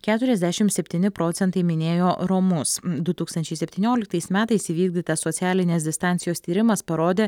keturiasdešimt septyni procentai minėjo romus du tūkstančiai septynioliktais metais įvykdytas socialinės distancijos tyrimas parodė